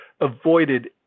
avoided